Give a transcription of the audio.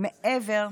גברתי,